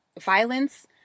violence